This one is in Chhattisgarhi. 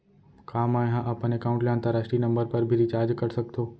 का मै ह अपन एकाउंट ले अंतरराष्ट्रीय नंबर पर भी रिचार्ज कर सकथो